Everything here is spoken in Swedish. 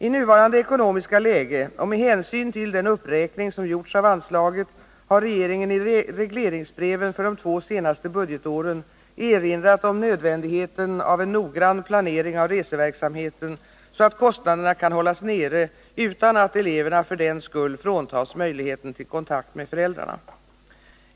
I nuvarande ekonomiska läge och med hänsyn till den uppräkning som gjorts av anslaget har regeringen i regleringsbreven för de två senaste budgetåren erinrat om nödvändigheten av en noggrann planering av reseverksamheten, så att kostnaderna kan hållas nere utan att eleverna för den skull fråntas möjligheten till kontakt med föräldrarna.